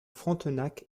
frontenac